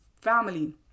family